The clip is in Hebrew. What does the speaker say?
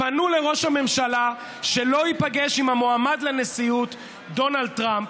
פנו לראש הממשלה שלא ייפגש עם המועמד לנשיאות דונלד טראמפ,